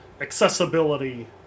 accessibility